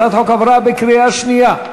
הצעת החוק עברה בקריאה שנייה.